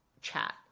chat